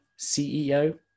CEO